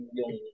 yung